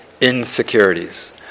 insecurities